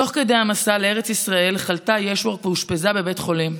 תוך כדי המסע לארץ ישראל חלתה ישוורק ואושפזה בבית חולים.